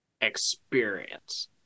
experience